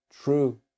true